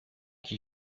qui